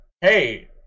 hey